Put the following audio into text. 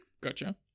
Gotcha